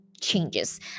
changes